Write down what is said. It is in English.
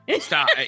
Stop